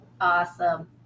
awesome